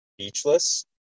speechless